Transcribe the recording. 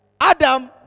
Adam